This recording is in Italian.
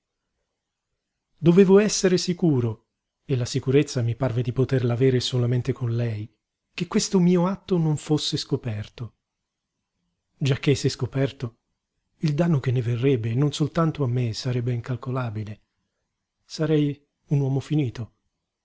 con lei che questo mio atto non fosse scoperto giacché se scoperto il danno che ne verrebbe e non soltanto a me sarebbe incalcolabile sarei un uomo finito